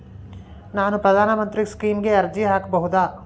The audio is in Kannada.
ನಾನು ಪ್ರಧಾನ ಮಂತ್ರಿ ಸ್ಕೇಮಿಗೆ ಅರ್ಜಿ ಹಾಕಬಹುದಾ?